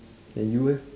then you eh